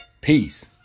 Peace